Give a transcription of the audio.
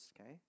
Okay